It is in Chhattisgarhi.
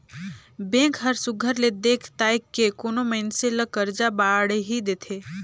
बेंक हर सुग्घर ले देख ताएक के कोनो मइनसे ल करजा बाड़ही देथे